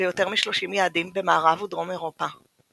ליותר מ-30 יעדים במערב ודרום אירופה.